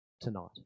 tonight